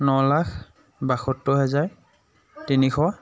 ন লাখ বাসত্তৰ হাজাৰ তিনিশ